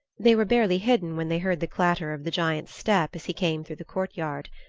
they were barely hidden when they heard the clatter of the giant's steps as he came through the courtyard.